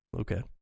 okay